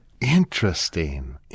Interesting